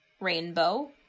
Rainbow